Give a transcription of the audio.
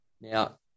Now